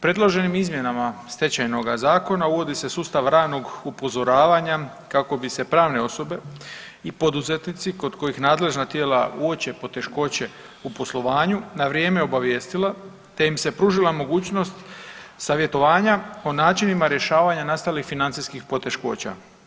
Predloženim izmjenama stečajnoga zakona uvodi se sustav ranog upozoravanja kako bi se pravne osobe i poduzetnici kod kojih nadležna tijela uopće poteškoće u poslovanju na vrijeme obavijestila te im se pružila mogućnost savjetovanja o načinima rješavanja nastalih financijskih poteškoća.